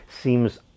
seems